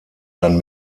dann